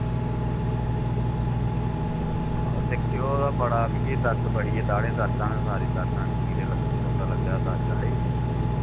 ओ दिक्खेओ तां बड़ा मिकी दर्द बड़ी ऐ दाड़ें दर्दां न सारी दर्दां कीड़े कुंदा लग्गे दा दाड़े ही